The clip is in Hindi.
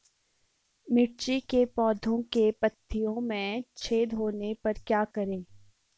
मिर्ची के पौधों के पत्तियों में छेद होने पर क्या करें?